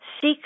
seek